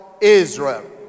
Israel